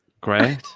great